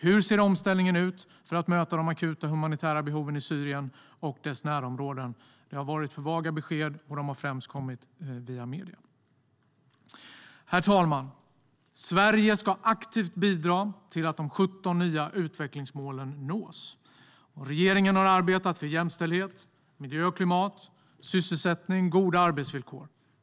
Hur ser omställningen ut för att möta de akuta humanitära behoven i Syrien och dess närområden? Det har varit för vaga besked, och de har främst kommit via medierna. Herr talman! Sverige ska aktivt bidra till att de 17 nya utvecklingsmålen nås. Regeringen har arbetat för jämställdhet, miljö och klimat, sysselsättning och goda arbetsvillkor.